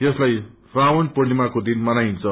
यसलाई श्रावण पूर्णिमाको दिन मनाईन्छ